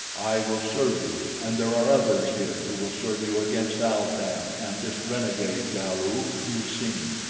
i will serve you, and there are others here who will serve you against al-tan and this renegade galu, du-seen.